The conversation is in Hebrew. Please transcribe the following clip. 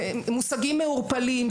מושגים מעורפלים,